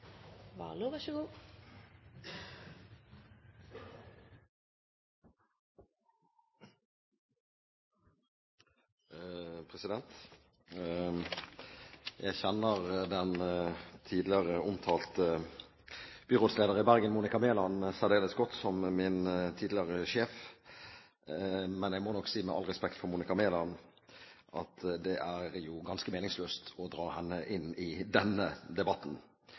Jeg kjenner den tidligere omtalte byrådslederen i Bergen, Monica Mæland, særdeles godt, som min tidligere sjef. Jeg må nok si med all respekt for Monica Mæland at det er ganske meningsløst å dra henne inn i denne debatten.